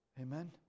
Amen